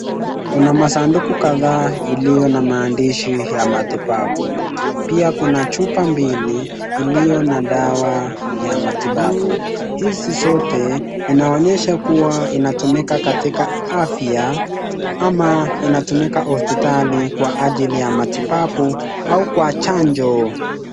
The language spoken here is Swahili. Kuna masanduku kadhaa iliyo na maandishi ya matibabu, pia kuna chupa mbili iliyo na dawa ya matibabu, Hizi zote inaonyesha kuwa inatumika katika afya ama inatumika hospitali kwa ajili ya matibabu au kwa chanjo.